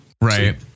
right